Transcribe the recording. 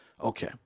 Okay